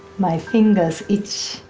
my fingers itch.